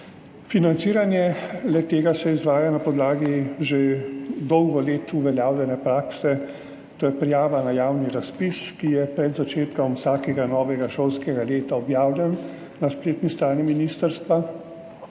Financiranje le-tega se izvaja na podlagi že dolgo let uveljavljene prakse. To je prijava na javni razpis, ki je pred začetkom vsakega novega šolskega leta objavljen na spletni strani ministrstva,